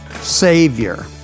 Savior